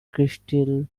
crystal